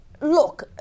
Look